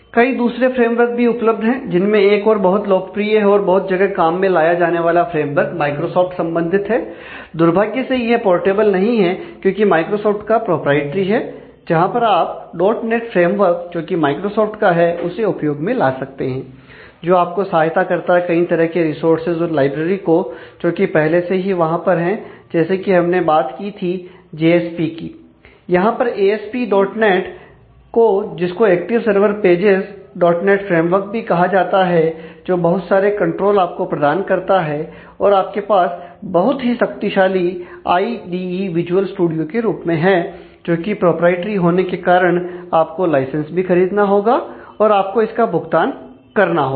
कई दूसरे फ्रेमवर्क भी उपलब्ध हैं जिनमें एक और बहुत लोकप्रिय है और बहुत जगह काम में लाया जाने वाला फ्रेमवर्क माइक्रोसॉफ्ट संबंधित है दुर्भाग्य से यह पोर्टेबल नहीं है क्योंकि यह माइक्रोसॉफ्ट का प्रोपराइटरी है जहां पर आप डॉट नेट फ्रेमवर्क जो कि माइक्रोसॉफ्ट का है उसे उपयोग में ला सकते हैं जो आपको सहायता करता है कई तरह के रिसोर्सेज और लाइब्रेरी को जो कि पहले से ही वहां पर हैं जैसे कि हमने बात की थी जे एस पी की यहां पर A S P dot net को जिसको active server pages dot net framework भी कहा जाता है जो बहुत सारे कंट्रोल आपको प्रदान करता है और आपके पास बहुत ही शक्तिशाली आईडीई विजुअल स्टूडियो के रूप में है जो की प्रोपराइटरी होने के कारण आपको लाइसेंस भी खरीदना होगा और आपको इसका भुगतान करना होगा